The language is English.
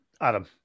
Adam